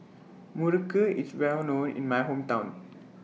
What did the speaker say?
Muruku IS Well known in My Hometown